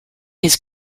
his